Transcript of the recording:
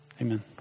Amen